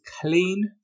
clean